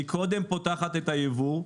היא קודם פותחת את היבוא,